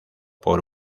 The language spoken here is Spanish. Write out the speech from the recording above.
por